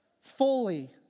fully